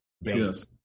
yes